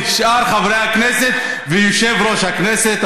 שאר חברי הכנסת ויושב-ראש הכנסת,